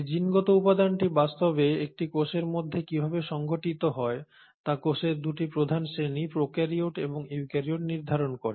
এই জিনগত উপাদানটি বাস্তবে একটি কোষের মধ্যে কিভাবে সংগঠিত হয় তা কোষের 2টি প্রধান শ্রেণি প্রোকারিওট এবং ইউক্যারিওট নির্ধারণ করে